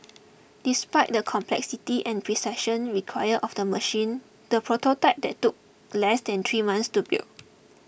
despite the complexity and precision required of the machine the prototype took less than three months to build